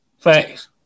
Thanks